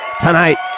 Tonight